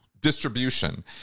distribution